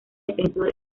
defensor